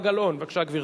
נתקבלה.